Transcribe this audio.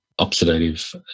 oxidative